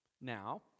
now